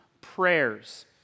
prayers